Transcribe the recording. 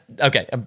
Okay